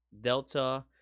delta